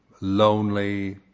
lonely